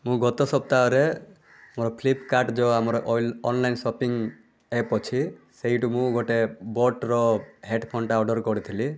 ମୁଁ ଗତ ସପ୍ତାହରେ ମୋର ଫ୍ଲିପକାର୍ଟ ଯେଉଁ ଆମର ଅନଲାଇନ୍ ସପିଙ୍ଗ୍ ଆପ୍ ଅଛି ସେଇଠୁ ମୁଁ ଗୋଟେ ବୋଟ୍ର ହେଡ଼ଫୋନ୍ଟା ଅର୍ଡ଼ର୍ କରିଥିଲି